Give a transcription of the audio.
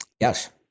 Yes